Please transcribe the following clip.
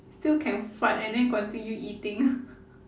still can fart and then continue eating